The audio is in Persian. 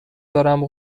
دارم